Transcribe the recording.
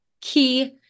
key